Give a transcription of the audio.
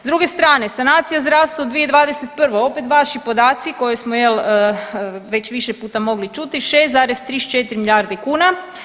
S druge strane sanacija zdravstva u 2021. opet vaši podaci koje smo već više puta mogli čuti 6,34 milijarde kuna.